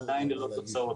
עדיין ללא תוצאות.